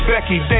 Becky